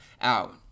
out